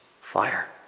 fire